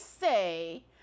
say